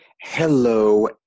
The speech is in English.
Hello